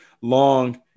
long